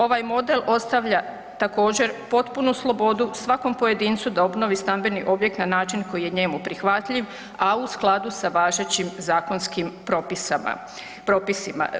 Ovaj model ostavlja također potpunu slobodu svakom pojedincu da obnovi stambeni objekt na način koji je njemu prihvatljiv, a u skladu sa važećim zakonskim propisima.